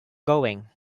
going